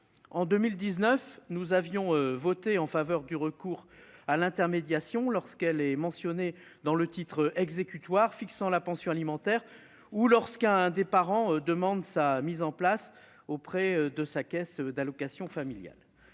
En 2019, nous avions voté en faveur du recours à l'intermédiation lorsqu'elle est mentionnée dans le titre exécutoire fixant la pension alimentaire ou lorsqu'un des parents demande sa mise en place auprès de sa caisse d'allocations familiales.